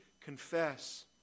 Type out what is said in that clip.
confess